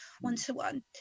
one-to-one